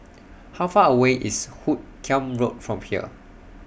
How Far away IS Hoot Kiam Road from here